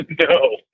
No